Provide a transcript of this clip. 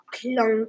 Clunk